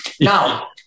now